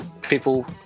people